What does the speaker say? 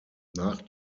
nach